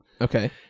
Okay